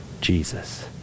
Jesus